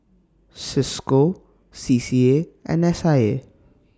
CISCO C C A and S I A